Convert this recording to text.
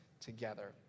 together